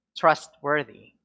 trustworthy